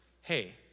hey